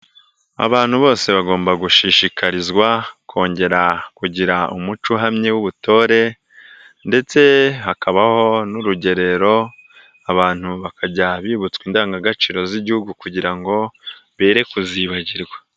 Abantu bose bagomba gushishikarizwa, kongera kugira umuco uhamye w'ubutore ndetse hakabaho n'urugerero. Abantu bakajya bibutswa indangagaciro z'Igihugu kugira ngo boye kuzibagirwa.